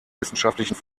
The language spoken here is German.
wissenschaftlichen